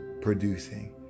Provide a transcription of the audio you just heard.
producing